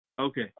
Okay